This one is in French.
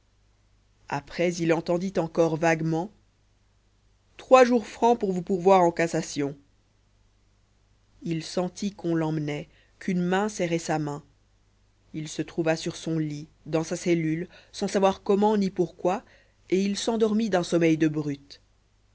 après il entendit encore vaguement trois jours francs pour vous pourvoir en cassation il sentit qu'on l'emmenait qu'une main serrait sa main il se trouva sur son lit dans sa cellule sans savoir comment ni pourquoi et il s'endormit d'un sommeil de brute